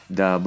da